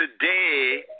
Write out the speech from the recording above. today